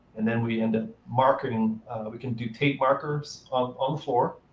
and then we end up marking we can do tape markers on on the floor.